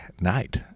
Night